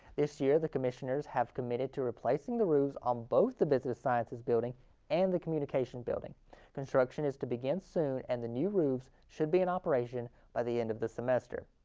this year the commissioners have committed to replacing the roofs on both the business sciences building and the communications building construction is to begin soon and the new roofs should be in operation by the end of the semester.